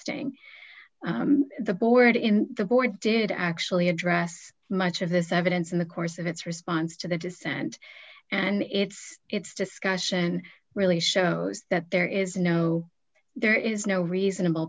suggesting the board in the board did actually address much of this evidence in the course of its response to the dissent and it's it's discussion really shows that there is no there is no reasonable